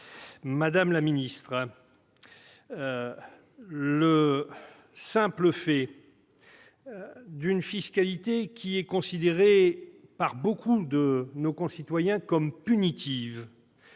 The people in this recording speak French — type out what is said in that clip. Madame la ministre, le fait que la fiscalité soit considérée par beaucoup de nos concitoyens comme punitive,